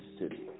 City